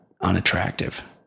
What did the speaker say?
unattractive